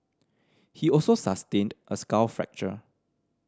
he also sustained a skull fracture